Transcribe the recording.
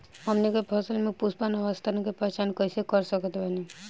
हमनी के फसल में पुष्पन अवस्था के पहचान कइसे कर सकत बानी?